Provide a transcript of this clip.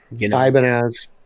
Ibanez